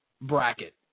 bracket